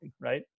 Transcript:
Right